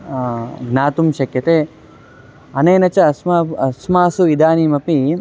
ज्ञातुं शक्यते अनेन च अस्मासु अस्मासु इदानीमपि